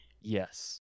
Yes